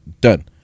done